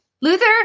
Luther